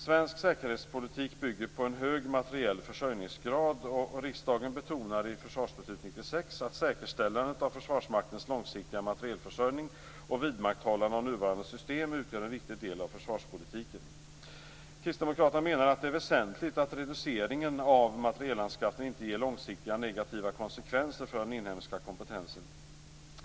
Svensk säkerhetspolitik bygger på en hög materiell försörjningsgrad, och riksdagen betonade i försvarsbeslutet 1996 att säkerställandet av Försvarsmaktens långsiktiga materielförsörjning och vidmakthållandet av nuvarande system utgör en viktig del av försvarspolitiken. Kristdemokraterna menar att det är väsentligt att reduceringen av materielanskaffningen inte ger långsiktiga negativa konsekvenser för den inhemska kompetensen.